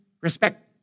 respect